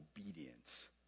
obedience